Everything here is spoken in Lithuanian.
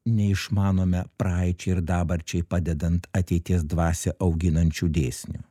neišmanome praeičiai ir dabarčiai padedant ateities dvasią auginančių dėsnių